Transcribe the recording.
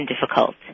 difficult